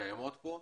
שקיימות פה,